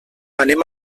anem